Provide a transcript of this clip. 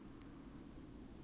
!huh!